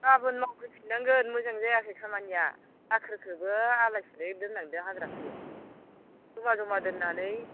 गाबोन मावफैफिननांगोन मोजां जायाखै खामानिया दाखोरखौबो आलाइ सिलाइ दोननांदों हाग्राखौ जमा जमा दोननानै